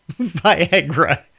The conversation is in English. Viagra